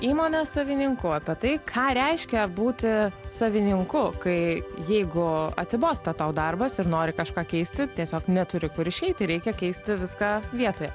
įmonės savininku apie tai ką reiškia būti savininku kai jeigu atsibosta tau darbas ir nori kažką keisti tiesiog neturi kur išeiti reikia keisti viską vietoje